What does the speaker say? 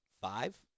Five